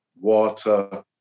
water